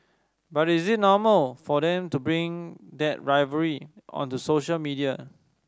but is it normal for them to bring that rivalry onto social media